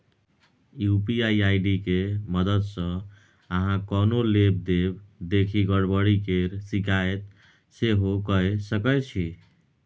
UPI ID के मददसँ अहाँ कोनो लेब देब देखि गरबरी केर शिकायत सेहो कए सकै छी